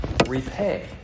repay